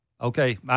Okay